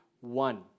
one